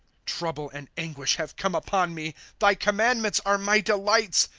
trouble and anguish have come upon me thy commandments are my delights.